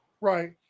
Right